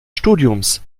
studiums